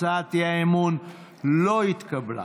הצעת האי-אמון לא התקבלה.